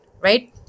right